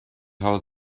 how